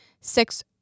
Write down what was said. six